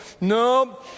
No